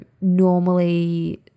normally